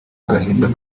gahinda